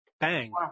Bang